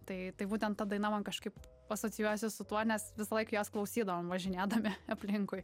tai tai būtent ta daina man kažkaip asocijuojasi su tuo nes visą laiką jos klausydavom važinėdami aplinkui